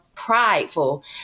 prideful